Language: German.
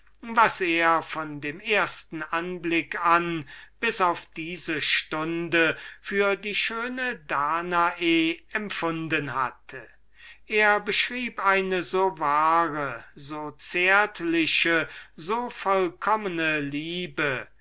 was er von dem ersten anblick an bis auf diese stunde für die schöne danae empfunden er beschrieb eine so wahre so delikate so vollkommene liebe